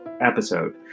episode